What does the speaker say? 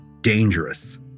dangerous